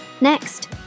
Next